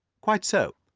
quite so.